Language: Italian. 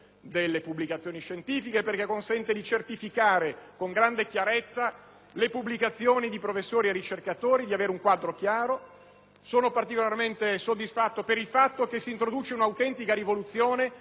delle pubblicazioni scientifiche che consente di certificare con grande chiarezza le pubblicazioni di professori e ricercatori, di avere un quadro chiaro. Sono particolarmente soddisfatto per il fatto che si introduce una autentica rivoluzione